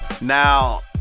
Now